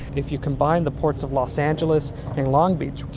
if you combine the ports of los angeles and long beach,